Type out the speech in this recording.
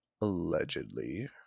Allegedly